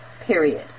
period